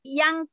yang